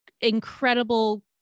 incredible